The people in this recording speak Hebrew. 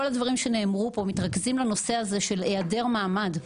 הדברים שנאמרו פה מתרכזים לנושא הזה של היעדר מעמד,